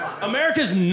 America's